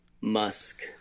Musk